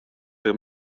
per